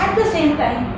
the same time,